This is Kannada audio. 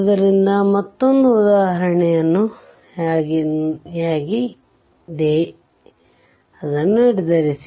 ಆದ್ದರಿಂದ ಇದು ಮತ್ತೊಂದು ಉದಾಹರಣೆಯಾಗಿದೆ ನಿರ್ಧರಿಸಿ